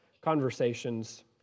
conversations